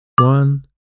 one